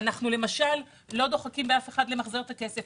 אנחנו למשל לא דוחקים באף אחד למחזר את הכסף.